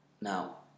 Now